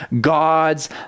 God's